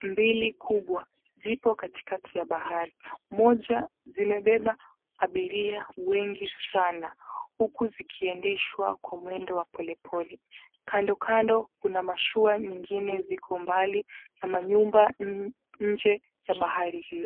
mbili zote kubwa zipo katikati ya bahari. Moja zimebeba watu wengi sana huku zikiendeshwa kwa mwendo wa polepole. Kandokando kuna mashua zingine ziko mbali na manyumba nje ya bahari hili.